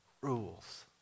rules